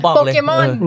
Pokemon